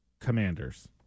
Commanders